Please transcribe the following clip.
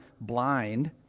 blind